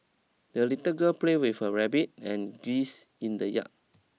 the little girl played with her rabbit and geese in the yard